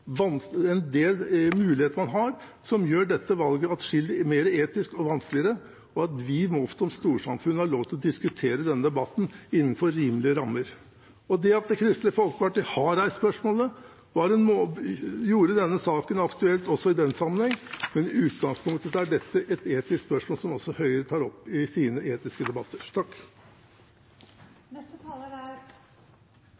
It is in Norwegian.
har en del muligheter som gjør dette valget atskillig vanskeligere etisk, og vi må som storsamfunn ha lov til å diskutere dette spørsmålet innenfor rimelige rammer. Det at Kristelig Folkeparti har reist spørsmålet, gjorde denne saken aktuell også i den sammenhengen, men i utgangspunktet er dette et etisk spørsmål som også Høyre tar opp i sine etiske debatter.